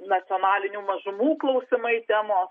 nacionalinių mažumų klausimai temos